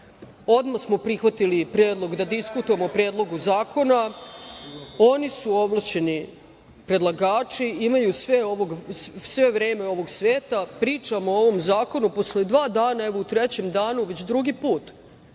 odmah smo prihvatili predlog da diskutujemo Predlogu zakona, oni su ovlašćeni predlagači i imaju svo vreme ovog sveta, pričamo o ovom zakonu posle dva dana, evo u trećem danu već drugi put